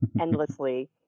endlessly